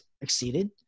exceeded